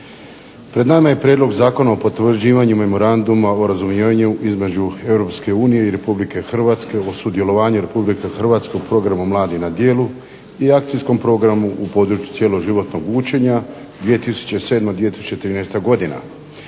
Pred nama je Prijedlog zakona o potvrđivanju Memoranduma o razumijevanju između Europske unije i Republike Hrvatske o sudjelovanju Republike Hrvatske u Programu Mladi na djelu i Akcijskom programu u području cjeloživotnog učenja 2007.-2013. godina.